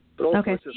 Okay